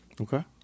okay